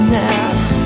now